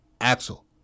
Axel